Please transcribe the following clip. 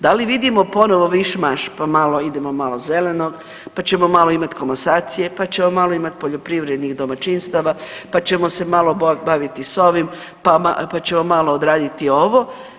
Da li vidimo ponovo miš-maš pa malo idemo malo zeleno, pa ćemo malo imati komasacije, pa ćemo malo imati poljoprivrednih domaćinstava, pa ćemo se malo baviti sa ovim, pa ćemo malo odraditi ovo.